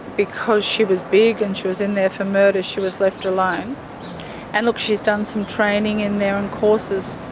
because she was big and she was in there for murder, she was left alone. and look, she's done some training in there and courses.